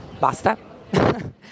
Basta